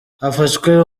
hafashwe